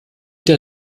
der